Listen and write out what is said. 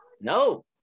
No